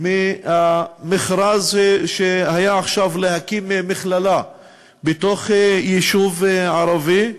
מהמכרז שהיה עכשיו להקמת מכללה בתוך יישוב ערבי.